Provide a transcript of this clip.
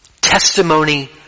testimony